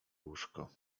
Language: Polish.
łóżko